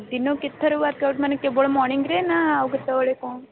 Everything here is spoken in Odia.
ଦିନକୁ କେତେଥର ୱାର୍କଆଉଟ୍ ମାନେ କେବଳ ମର୍ଣ୍ଣିଂରେ ନା ଆଉ କେତେବେଳେ କ'ଣ